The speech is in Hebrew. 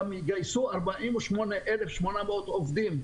גם יגייסו 48,800 עובדים,